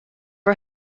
can